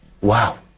Wow